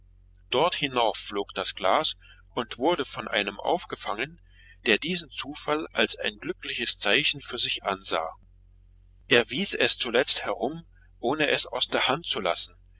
dort hinauf flog das glas und wurde von einem aufgefangen der diesen zufall als ein glückliches zeichen für sich ansah er wies es zuletzt herum ohne es aus der hand zu lassen